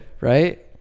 Right